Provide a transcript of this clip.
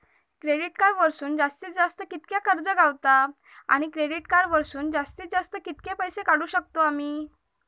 Credit card वरसून जास्तीत जास्त कितक्या कर्ज गावता, आणि डेबिट कार्ड वरसून जास्तीत जास्त कितके पैसे काढुक शकतू आम्ही?